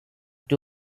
two